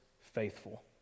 faithful